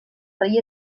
rei